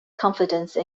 confidence